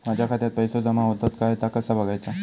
माझ्या खात्यात पैसो जमा होतत काय ता कसा बगायचा?